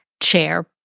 chair